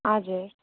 हजुर